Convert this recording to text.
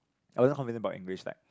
I wasn't confident about English like